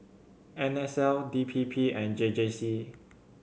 N S L D P P and J J C